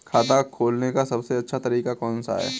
खाता खोलने का सबसे अच्छा तरीका कौन सा है?